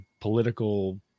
political